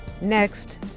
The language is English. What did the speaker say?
Next